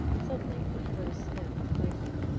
and suddenly i heard a snap behind me,